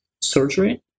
surgery